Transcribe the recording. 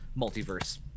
multiverse